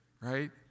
Right